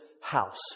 house